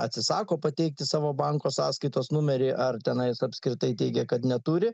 atsisako pateikti savo banko sąskaitos numerį ar tenais apskritai teigia kad neturi